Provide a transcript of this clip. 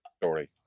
story